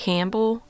Campbell